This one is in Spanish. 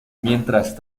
mientras